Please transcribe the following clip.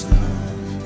love